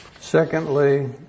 Secondly